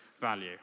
value